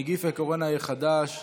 נגיף הקורונה החדש),